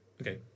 Okay